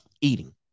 eating